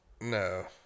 No